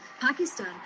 Pakistan